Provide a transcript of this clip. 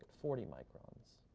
forty microns.